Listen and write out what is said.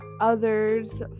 others